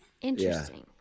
Interesting